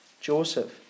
Joseph